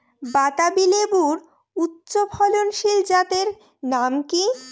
বাতাবি লেবুর উচ্চ ফলনশীল জাতের নাম কি?